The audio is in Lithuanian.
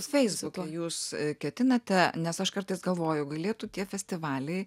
feisbuke jūs ketinate nes aš kartais galvoju galėtų tie festivaliai